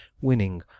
winning